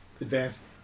advanced